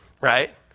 right